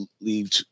leave